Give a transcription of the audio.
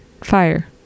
fire